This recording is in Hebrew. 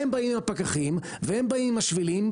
הם באים עם הפקחים והם באים עם השבילים,